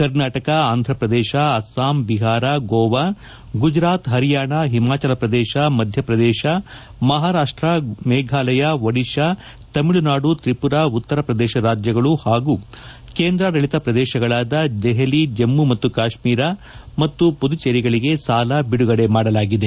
ಕರ್ನಾಟಕ ಆಂಧ್ರ ಪ್ರದೇಶ ಅಸ್ಸಾಂ ಬಿಹಾರ ಗೋವಾ ಗುಜರಾತ್ ಹರಿಯಾಣ ಹಿಮಾಚಲ ಪ್ರದೇಶ ಮಧ್ಯಪ್ರದೇಶ ಮಹಾರಾಷ್ಷ ಮೇಘಾಲಯ ಒಡಿಶಾ ತಮಿಳುನಾಡು ತ್ರಿಮರಾ ಉತ್ತರ ಪ್ರದೇಶ ರಾಜ್ಯಗಳು ಹಾಗೂ ಕೇಂದ್ರಾಡಳಿತ ಪ್ರದೇಶಗಳಾದ ದೆಹಲಿ ಜಮ್ನು ಮತ್ತು ಕಾಶ್ನೀರ ಹಾಗೂ ಮದುಚೇರಿಗಳಿಗೆ ಸಾಲ ಬಿಡುಗಡೆ ಮಾಡಲಾಗಿದೆ